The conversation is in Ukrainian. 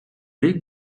рік